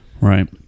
Right